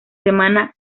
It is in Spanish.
semana